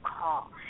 call